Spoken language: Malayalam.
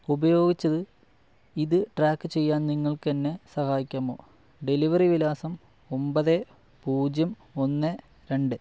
ഉപയോഗിച്ചത് ഇത് ട്രാക്ക് ചെയ്യാൻ നിങ്ങൾക്ക് എന്നെ സഹായിക്കാമോ ഡെലിവറി വിലാസം ഒൻപത് പൂജ്യം ഒന്ന് രണ്ട്